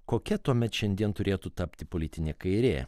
kokia tuomet šiandien turėtų tapti politinė kairė